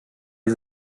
die